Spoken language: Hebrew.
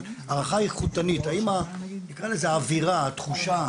אבל הערכה איכותנית: האם האווירה או התחושה,